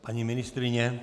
Paní ministryně?